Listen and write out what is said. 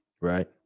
right